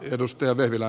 arvoisa puhemies